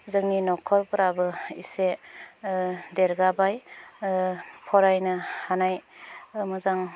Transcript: जोंनि न'खरफोराबो एसे देरगाबाय फरायनो हानाय मोजां